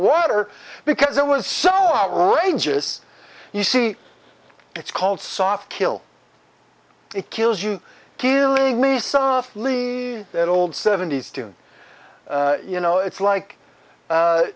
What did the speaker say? water because it was some outrageous you see it's called soft kill it kills you killing me softly that old seventy's tune you know it's like